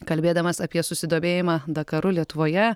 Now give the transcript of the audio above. kalbėdamas apie susidomėjimą dakaru lietuvoje